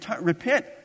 Repent